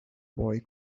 boy